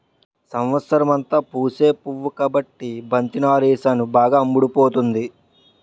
సంవత్సరమంతా పూసే పువ్వు కాబట్టి బంతి నారేసాను బాగా అమ్ముడుపోతుంది